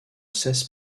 seize